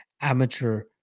amateur